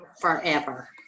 forever